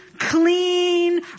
clean